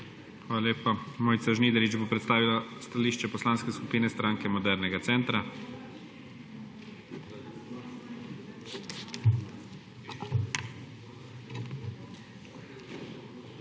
Hvala lepa. Mojca Žnidarič bo predstavila stališče Poslanske skupine Stranke modernega centra.